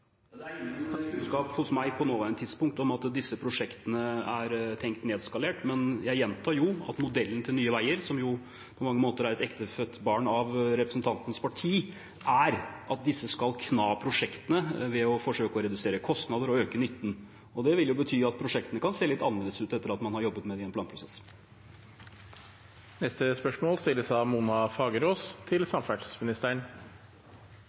Det er ingen kunnskap hos meg på nåværende tidspunkt om at disse prosjektene er tenkt nedskalert. Men jeg gjentar at modellen til Nye Veier, som på mange måter er et ektefødt barn av representantens parti, er at man skal kna prosjektene ved å forsøke å redusere kostnader og øke nytten. Det vil bety at prosjektene kan se litt annerledes ut etter at man har jobbet med dem i en planprosess.